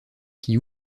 qui